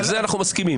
על זה אנחנו מסכימים,